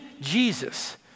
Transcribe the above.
Jesus